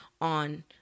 on